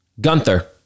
Gunther